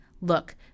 Look